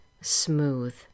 smooth